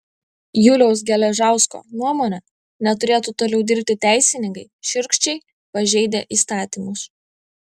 juliaus geležausko nuomone neturėtų toliau dirbti teisininkai šiurkščiai pažeidę įstatymus